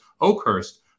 Oakhurst